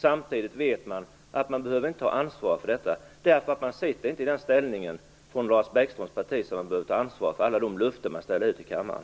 Samtidigt vet man att man inte behöver ta ansvar. I Lars Bäckströms parti sitter man nämligen inte i den ställningen att man behöver ta ansvar för alla de löften man ger i kammaren.